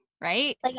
right